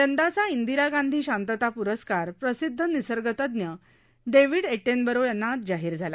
यंदाचा इंदिरा गांधी शांतता पुरस्कार प्रसिद्ध निसर्गतज्ञ डेव्हिड एटेनबरो यांना आज जाहीर झाला